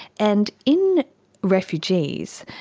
and in refugees,